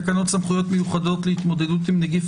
אנחנו נמצאים בדיון בתקנות סמכויות מיוחדות להתמודדות עם נגיף